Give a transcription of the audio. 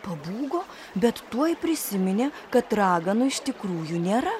pabūgo bet tuoj prisiminė kad raganų iš tikrųjų nėra